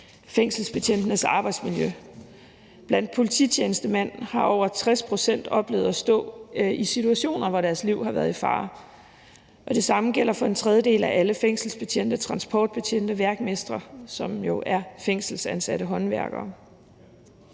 fængselsbetjentenes arbejdsmiljø. Blandt polititjenestemænd har over 60 pct. oplevet at stå i situationer, hvor deres liv har været i fare. Det samme gælder for en tredjedel af alle fængselsbetjente, transportbetjente og værkmestre, som jo er fængselsansatte håndværkere.